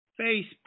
Facebook